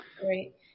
Great